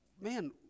man